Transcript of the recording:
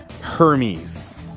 Hermes